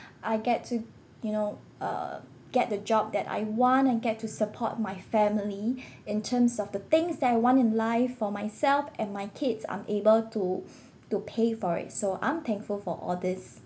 I get to you know uh get the job that I want and get to support my family in terms of the things that I want in life for myself and my kids I'm able to to pay for it so I'm thankful for all these